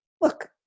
look